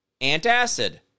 antacid